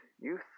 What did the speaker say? youth